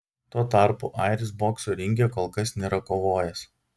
tuo tarpu airis bokso ringe kol kas nėra kovojęs